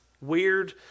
Weird